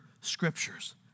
scriptures